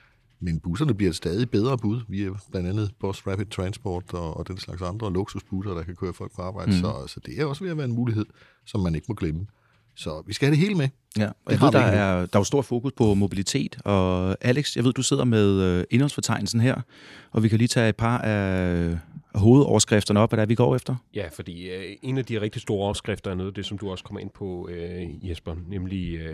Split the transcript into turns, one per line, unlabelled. Men busserne bliver et stadig bedre bud via blandt andet Bus Rapid Transport og- og den slags andre luksusbusser, der kan køre folk på arbejde.
Mhm.
Så- så det er også ved at være en mulighed, som man ikke må glemme. Så vi skal have det hele med.
Ja, og
Det
jeg
har
ved,
vi
der
ikke nu.
er- der er jo stor fokus på mobilitet. Og Alex, jeg ved, du sidder med, øh, indholdsfortegnelsen her, og vi kan lige tage et par af- af hovedoverskrifterne op. Hvad er det, vi går efter?
Ja, fordi, øh, en af de rigtig store overskrifter er noget af det, som du også kommer ind på, øh, Jesper, nemlig, øh,